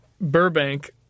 Burbank